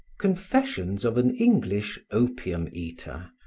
confessions of an english opium-eater,